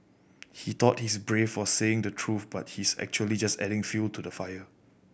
he thought he's brave for saying the truth but he's actually just adding fuel to the fire